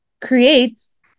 creates